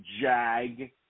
Jag